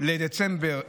בדצמבר 2023,